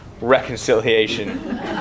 reconciliation